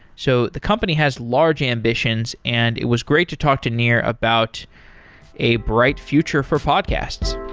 so the company has large ambitions and it was great to talk to nir about a bright future for podcasts.